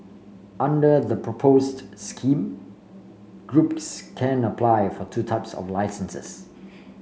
under the proposed scheme groups can apply for two types of licences